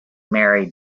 married